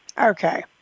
Okay